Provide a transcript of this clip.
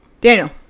daniel